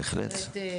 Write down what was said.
בהחלט.